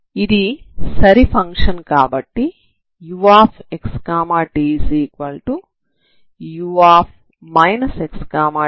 ఇది సరి ఫంక్షన్ కాబట్టి uxtu xt అవుతుంది